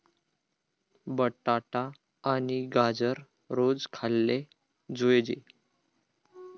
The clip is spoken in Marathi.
बटाटा आणि गाजर रोज खाल्ले जोयजे